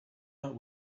out